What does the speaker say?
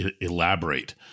elaborate